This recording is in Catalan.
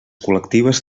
col·lectives